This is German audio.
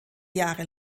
jahre